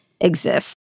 exist